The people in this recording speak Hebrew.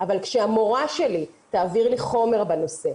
אבל כשהמורה שלי תעביר לי חומר בנושא,